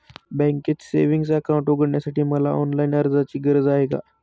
बँकेत savings account उघडण्यासाठी मला ऑनलाईन अर्जाची गरज आहे का?